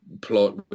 plot